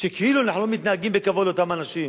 שכאילו אנחנו לא מתנהגים בכבוד לאותם אנשים.